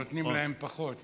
נותנים להם פחות בהקצאות.